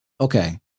okay